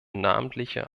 namentliche